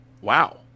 Wow